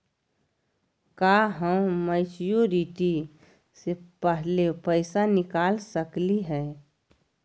का हम मैच्योरिटी से पहले पैसा निकाल सकली हई?